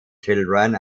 children